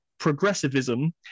progressivism